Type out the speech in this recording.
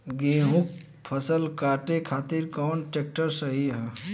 गेहूँक फसल कांटे खातिर कौन ट्रैक्टर सही ह?